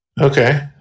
okay